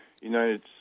united